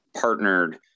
partnered